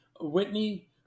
Whitney